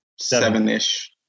seven-ish